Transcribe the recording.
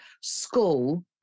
school